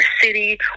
city